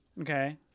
Okay